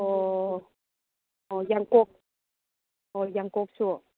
ꯑꯣ ꯑꯣ ꯌꯥꯡꯀꯣꯛ ꯑꯣ ꯌꯥꯡꯀꯣꯛꯁꯨ